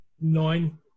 nine